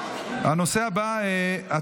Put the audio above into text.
41 בעד, 25 נגד.